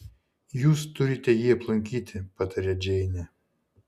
jūs turite jį aplankyti pataria džeinė